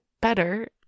better